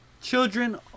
children